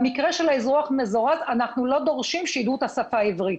במקרה של האזרוח המזורז אנחנו לא דורשים שידעו את השפה העברית.